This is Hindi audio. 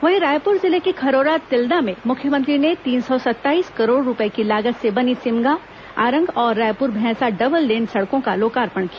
वहीं रायपुर जिले के खरोरा तिल्दा में मुख्यमंत्री ने तीन सौ सत्ताईस करोड़ रूपए की लागत से बनी सिमगा आरंग और रायपुर भैंसा डबल लेन सड़कों का लोकार्पण किया